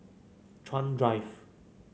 Chuan Drive